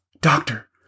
Doctor